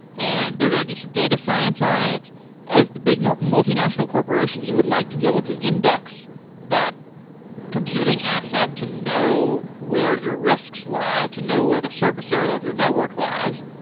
and they're going to do some data science on it as the big multi-national corporation, you would like to be able to index that computing asset to know where your risks lie, to know where the surface area of your network lies.